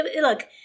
look